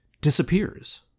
disappears